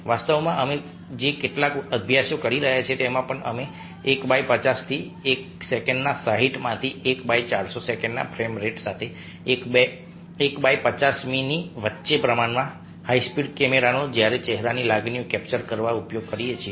વાસ્તવમાં અમે જે કેટલાક અભ્યાસો કરી રહ્યા છીએ તેમાં પણ અમે 1 બાય 50 થી 1 સેકન્ડના 60માથી 1 બાય 400 સેકન્ડના ફ્રેમ રેટ સાથે 1 બાય 50મી ની વચ્ચે પ્રમાણમાં હાઇ સ્પીડ કેમેરાનો જ્યારે ચહેરાની લાગણીઓ કેપ્ચર કરવા ઉપયોગ કરીએ છીએ